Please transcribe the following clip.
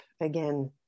again